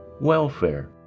welfare